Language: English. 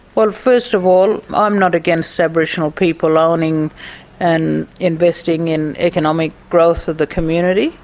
well, first of all, i'm not against aboriginal people owning and investing in economic growth of the community.